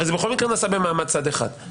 הרי בכל מקרה זה נעשה במעמד צד אחד.